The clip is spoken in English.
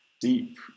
deep